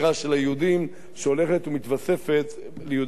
היהודים שהולכת ומתווספת ליהודה ושומרון.